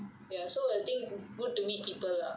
ya so to me good to meet people lah